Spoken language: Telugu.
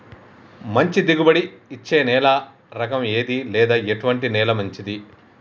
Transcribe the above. మంచి దిగుబడి ఇచ్చే నేల రకం ఏది లేదా ఎటువంటి నేల మంచిది?